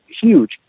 huge